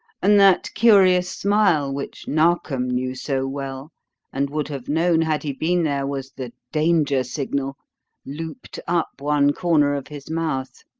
and that curious smile which narkom knew so well and would have known had he been there was the danger signal looped up one corner of his mouth.